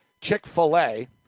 Chick-fil-A